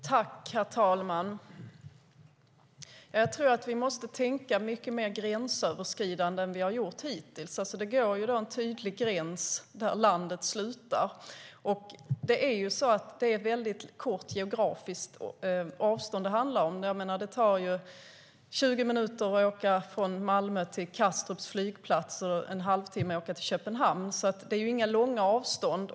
Herr talman! Vi måste tänka mer gränsöverskridande än vad vi har gjort hittills. Det går en tydlig gräns där landet slutar. Det handlar om ett kort geografiskt avstånd. Det tar 20 minuter att åka från Malmö till Kastrups flygplats och en halvtimma att åka till Köpenhamn. Det är inga långa avstånd.